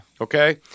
Okay